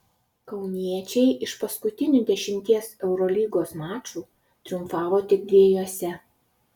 kauniečiai iš paskutinių dešimties eurolygos mačų triumfavo tik dviejuose